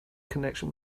connection